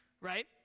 right